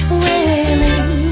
willing